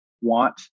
want